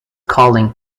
calling